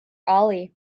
ali